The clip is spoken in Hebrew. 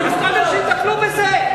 אתה לא הקשבת לי,